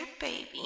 baby